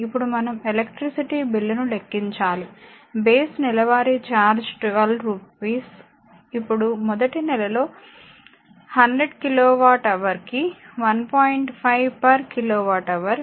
ఇప్పుడు మనం ఎలక్ట్రిసిటీ బిల్లును లెక్కించాలి బేస్ నెలవారీ ఛార్జీ 12 రూపాయలు ఇప్పుడు మొదటి నెలలో 100కిలో వాట్ హవర్ కి 1